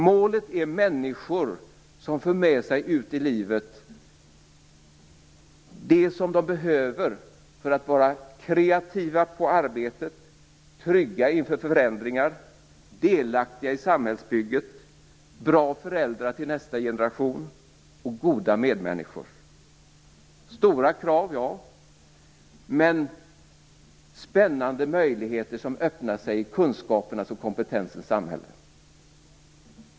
Målet är människor som för med sig ut i livet vad de behöver för att vara kreativa på arbetet, trygga inför förändringar, delaktiga i samhällsbygget, bra föräldrar till nästa generation och goda medmänniskor. Det är stora krav, men det är spännande möjligheter som öppnar sig i kunskapernas och kompetensens samhälle.